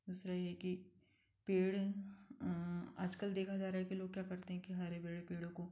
दूसरा यह है कि पेड़ आजकल देखा जा रहा है कि लोग क्या करते हैं कि हरे भरे पेड़ों को